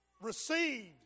received